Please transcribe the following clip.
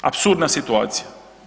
Apsurdna situacija.